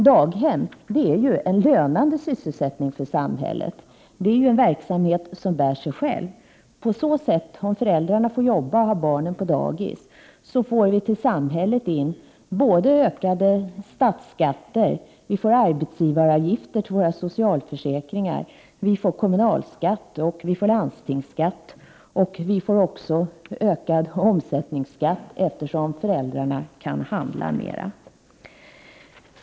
Daghem är en lönande sysselsättning för samhället. Det är en verksamhet som bär sig själv. På så sätt, om föräldrarna får arbeta och ha barnen på dagis, får vi till samhället in ökade statsskatter och arbetsgivaravgifter till våra socialförsäkringar, vi får kommunalskatt och landstingsskatt samt även ökad omsättningsskatt, eftersom föräldrarna kan handla mer.